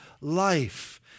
life